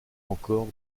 encore